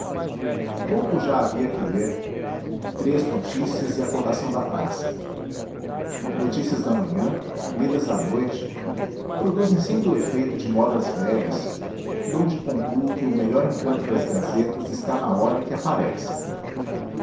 pouco já havia que ler três notícias e a cotação da praça notícias da manhã lidas à noite produzem sempre o efeito de modas velhas donde concluo que o melhor encanto das gazetas está na hora em que aparecem